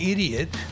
Idiot